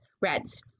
Reds